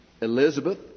Elizabeth